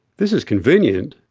this is convenient,